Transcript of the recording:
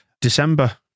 December